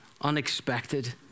unexpected